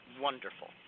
wonderful